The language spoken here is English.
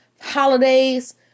holidays